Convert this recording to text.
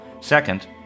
Second